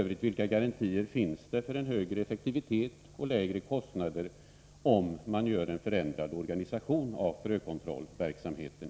Vilka garantier finns det f. ö. för en högre effektivitet och lägre kostnader, om man förändrar organisationen för frökontrollverksamheten?